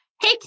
hey